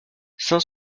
saint